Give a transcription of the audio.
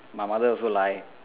my mother also lie